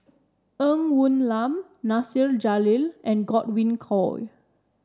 Ng Woon Lam Nasir Jalil and Godwin Koay